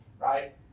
right